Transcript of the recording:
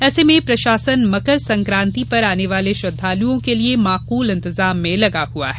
ऐसे में प्रशासन मकर संक्रान्ति पर आने वाले श्रद्वालुओं के लिए माकूल इंतजाम में लगा हुआ है